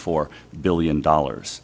four billion dollars